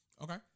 okay